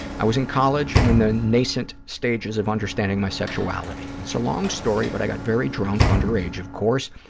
i was in college and in the nascent stages of understanding my sexuality. it's a long story, but i got very drunk, underage, of course,